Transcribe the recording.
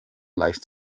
leicht